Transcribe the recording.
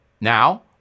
Now